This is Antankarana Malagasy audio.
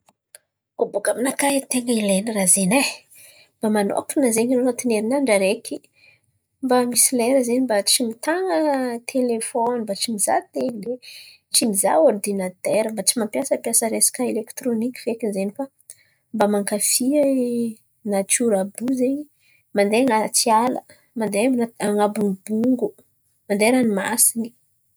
Koa boaka aminakà edy tena ilain̈y raha zen̈y e. Mba manokana zen̈y anao anatiny herin'andra araiky mba misy lera zen̈y mba tsy mitana telefôny, mba tsy mizaha tele, tsy mizaha ôridinatera, tsy mampiasampiasa raha elekitirôniky fekiny zen̈y fa mba mankafÿ natiora àby io zen̈y. Mandeha an̈aty ala. Mandeha amina n̈abony bongo. Mandeha ranomasin̈y.